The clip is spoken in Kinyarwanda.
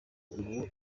ubu